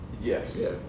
Yes